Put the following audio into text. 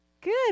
Good